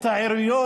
את העיריות,